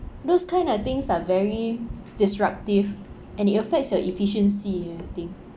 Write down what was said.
those kind of things are very disruptive and it affects your efficiency and everything